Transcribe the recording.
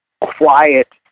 quiet